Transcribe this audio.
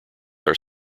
are